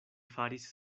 faris